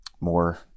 more